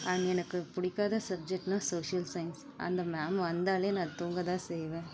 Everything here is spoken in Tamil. அண்ட் எனக்கு பிடிக்காத சப்ஜெக்ட்னால் சோசியல் சயின்ஸ் அந்த மேம் வந்தாலே நான் தூங்கதான் செய்வேன்